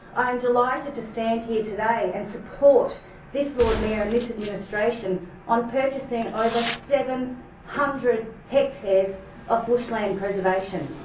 i am delighted to stand here today and support this lord mayor and this administration on purchasing over seven hundred hectares of bushland preservation.